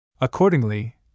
Accordingly